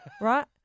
Right